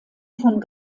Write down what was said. von